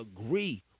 agree